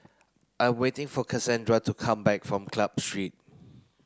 I waiting for Casandra to come back from Club Street